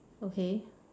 okay